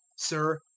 sir,